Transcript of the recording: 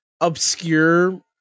obscure